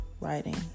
writing